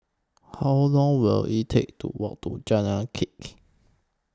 How Long Will IT Take to Walk to Jalan